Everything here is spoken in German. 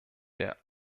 der